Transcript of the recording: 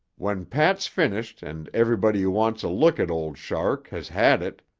when pat's finished and everybody who wants a look at old shark has had it,